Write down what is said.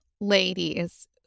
ladies